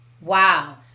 wow